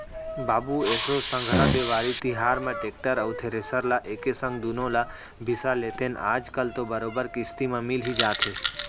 बाबू एसो संघरा देवारी तिहार म टेक्टर अउ थेरेसर ल एके संग दुनो ल बिसा लेतेन आज कल तो बरोबर किस्ती म मिल ही जाथे